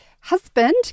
husband